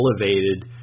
elevated